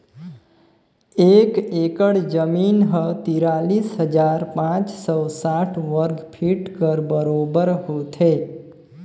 एक एकड़ जमीन ह तिरालीस हजार पाँच सव साठ वर्ग फीट कर बरोबर होथे